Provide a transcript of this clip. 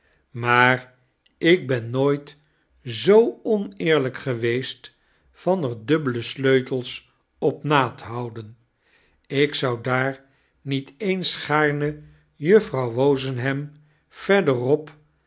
maar ik ben nooit zoo oneerlyk geweest van er dubbele sleutels op na te houden ik zou iaar niet eens gaarne juffrouw wozenham verlerop